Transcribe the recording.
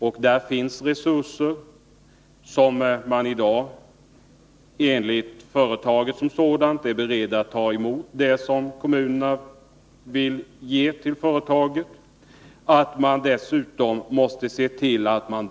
För det finns det resurser enligt uppgift från SAKAB, som är berett att ta emot det avfall som kommunerna vill att företaget skall ta hand om.